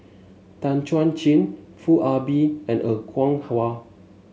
Tan Chuan Jin Foo Ah Bee and Er Kwong Wah